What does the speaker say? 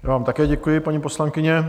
Já vám také děkuji, paní poslankyně.